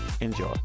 enjoy